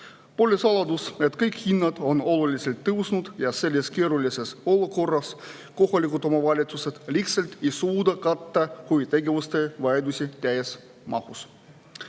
Pole saladus, et kõik hinnad on oluliselt tõusnud ja selles keerulises olukorras kohalikud omavalitsused lihtsalt ei suuda huvitegevuse vajadust täies mahus